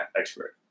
expert